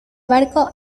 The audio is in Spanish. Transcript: barco